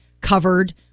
covered